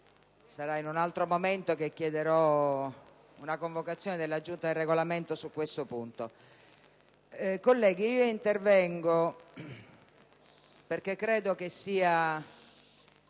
in altro momento chiederò una convocazione della Giunta per il Regolamento su questo punto. Colleghi, intervengo perché credo che sia